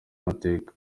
amateka